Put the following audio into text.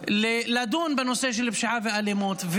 לדון בנושא של פשיעה ואלימות.